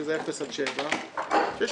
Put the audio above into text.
שזה אפס עד שבעה קילומטרים.